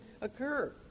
occur